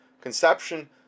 Conception-